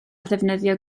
ddefnyddio